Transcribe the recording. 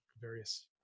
various